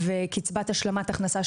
וקצבת השלמת ההכנסה,